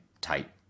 tight